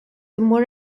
immur